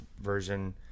version